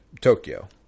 Tokyo